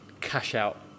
cash-out